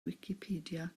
wicipedia